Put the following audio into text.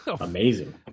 amazing